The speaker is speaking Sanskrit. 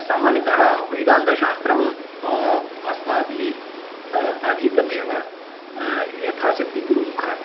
सामान्यतः वेदान्तशास्त्रं अस्माभिः अधीतमेव यथाशक्तिः गुरुमुखात्